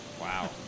Wow